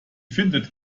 findet